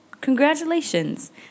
Congratulations